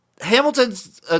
Hamilton's